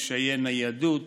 קשיי ניידות